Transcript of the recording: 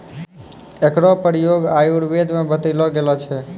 एकरो प्रयोग आयुर्वेद म बतैलो गेलो छै